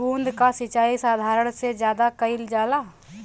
बूंद क सिचाई साधारण सिचाई से ज्यादा कईल जाला